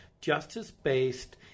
justice-based